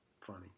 funny